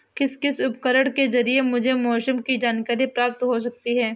किस किस उपकरण के ज़रिए मुझे मौसम की जानकारी प्राप्त हो सकती है?